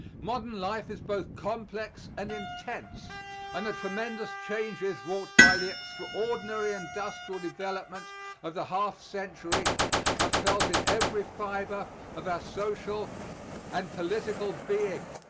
modern life is both complex and intense and the tremendous changes wrought by the extraordinary industrial development of the half century are felt in every fiber of our social and political being.